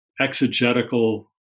exegetical